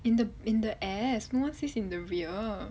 in the in the ass no one says in the rear